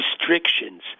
restrictions